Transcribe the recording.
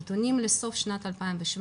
נתונים לסוף שנת 2017,